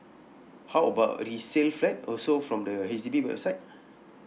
how about resale flat also from the H_D_B website